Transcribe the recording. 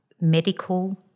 medical